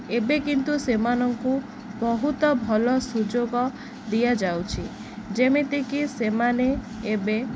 ଏବେ କିନ୍ତୁ ସେମାନଙ୍କୁ ବହୁତ ଭଲ ସୁଯୋଗ ଦିଆଯାଉଛି ଯେମିତିକି ସେମାନେ ଏବେ